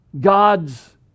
gods